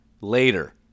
Later